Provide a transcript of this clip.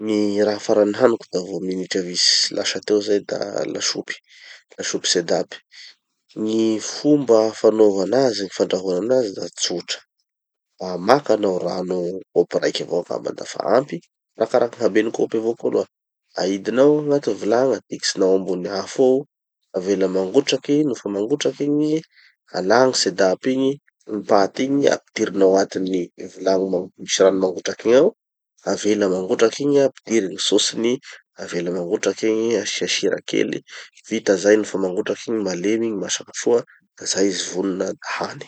gny raha farany nihaniko da vo minitra vitsy lasa teo zay da lasopy, lasopy sedap. Gny fomba fanova anazy gny fandrahoana anazy da tsotra. Ah maka hanao rano kopy raiky avao angamba dafa ampy, arakaraky gny haben'ny kopy avao aloha. Aidinao igny agnaty vilagny, atikitsinao ambony afo eo, avela mangotraky, nofa mangotraky igny, alà gny sedap igny, gny pates igny, ampidirinao agnatin'ny vilagninao misy rano mangotraky igny ao, avela mangotraky igny an, ampidiry gny sauceny, avela mangotraky igny, asia sira kely, vita zay nofa mangotraky igny malemy igny masaky soa da zay izy vonona da hany.